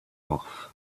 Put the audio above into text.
off